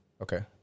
Okay